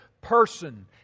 person